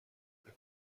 the